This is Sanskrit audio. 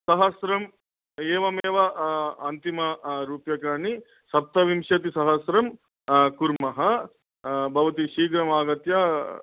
सहस्रम् एवमेव अन्तिमरूप्यकाणि सप्तविंशतिसहस्रं कुर्मः भवती शीघ्रमागत्य